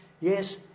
yes